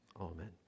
amen